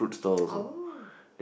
oh